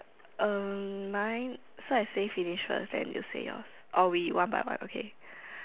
uh mine so I say finish first then you say yours or we one by one okay